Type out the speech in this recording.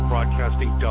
Broadcasting